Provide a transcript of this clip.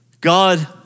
God